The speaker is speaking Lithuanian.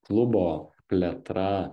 klubo plėtra